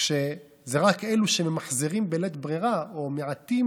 כשזה רק אלה שממחזרים בלית ברירה או מעטים